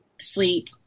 sleep